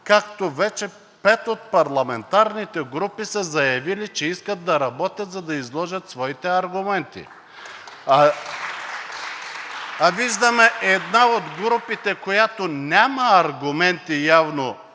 както вече пет от парламентарните групи са заявили, че искат да работят, за да изложат своите аргументи. (Ръкопляскания от ДПС.) А виждаме една от групите, която няма аргументи, явно